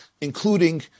including